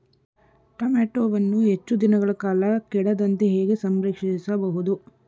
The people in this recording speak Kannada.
ಟೋಮ್ಯಾಟೋವನ್ನು ಹೆಚ್ಚು ದಿನಗಳ ಕಾಲ ಕೆಡದಂತೆ ಹೇಗೆ ಸಂರಕ್ಷಿಸಬಹುದು?